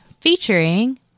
featuring